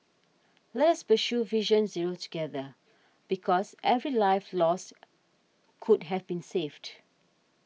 let's pursue Vision Zero together because every life lost could have been saved